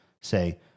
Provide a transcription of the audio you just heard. say